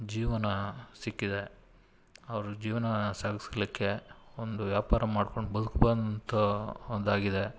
ಜೀವನ ಸಿಕ್ಕಿದೆ ಅವ್ರ ಜೀವನ ಸಾಗಿಸ್ಲಿಕ್ಕೆ ಒಂದು ವ್ಯಾಪಾರ ಮಾಡ್ಕೊಂಡು ಬದುಕುವಂಥ ಒಂದಾಗಿದೆ